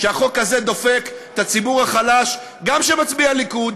שהחוק הזה דופק את הציבור החלש גם כשהם מצביעי הליכוד,